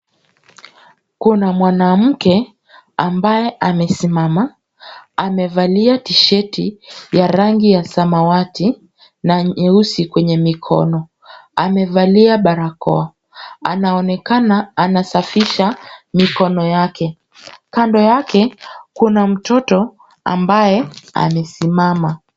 Kuna mwanamke ambaye amesimama, amevalia t-sheti ya rangi ya samawati na nyeusi kwenye mikono, amevalia barakoa, anaonekana anasafisha mikono yake, kando yake kuna mtoto ambaye amesimama.